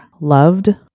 loved